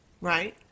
Right